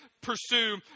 pursue